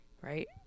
right